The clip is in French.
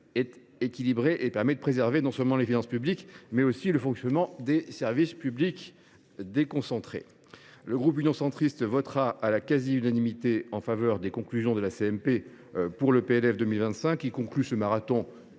est équilibré et permet de préserver non seulement les finances publiques, mais aussi le fonctionnement des services publics déconcentrés. Le groupe Union Centriste votera à la quasi unanimité en faveur du texte élaboré par la CMP à l’issue de ce marathon